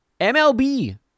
MLB